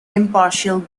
impartial